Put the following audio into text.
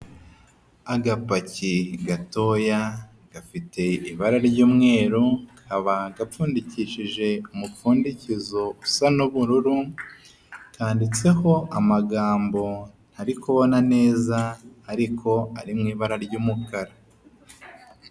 Agapaki gatoya gafite ibara ry'umweru, kakaba gapfundikishije umupfundikizo usa n'ubururu kanditseho amagambo ntari kubona neza ariko ari mu ibara ry'umukara.